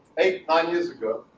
eight, nine years ago,